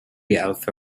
alpha